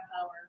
power